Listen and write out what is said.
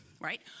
right